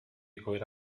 periódico